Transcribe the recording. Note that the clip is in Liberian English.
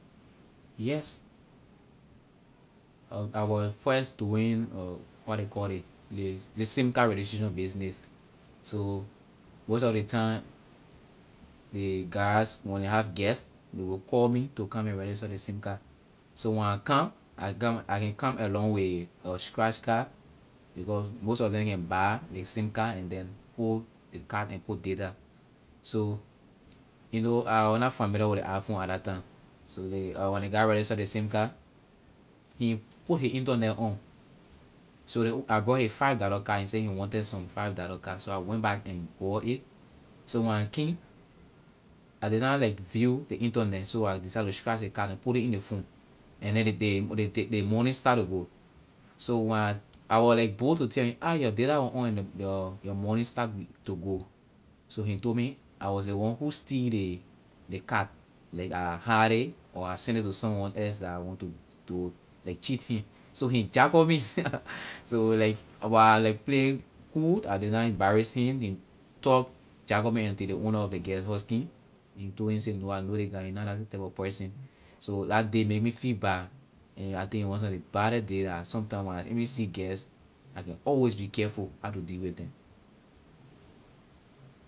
Yes, I was first doing what they call ley ley sim card registration business. so most of the time, ley guys when ley have guests, ley will call me to come and register ley sim card. so when I come, I come I can come along with scratch card because most of them can buy the sim card and then put the card and put data. so you know I was familiar with the iphone at that time. so ley when ley guy register ley sim card, he put his internet on so ley I brought his five dollars card he say he wanted some five dollars card so I went back and bought it. so when I came, I did not like view the internet so I decided to scratch the card and put it in the phone and then ley ley ley start to go so when I was like bold to tell him your data was on and your money start to go so he told me I was the who steal the card like I hide it or I send it to someone else that I want to to like cheat him so he jack up me so like I was like playing cool I did not embarass him, he talk jack up until the owner of the guest house came he told he say no I know this guy he na that type of person so that day made me feel bad and I think it was one of the baddest day that sometime when I even see guest I can always be careful how to deal with them.